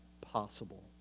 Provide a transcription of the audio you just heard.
possible